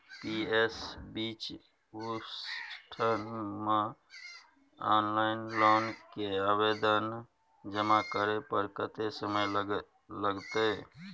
PS बीच उनसठ म ऑनलाइन लोन के आवेदन जमा करै पर कत्ते समय लगतै?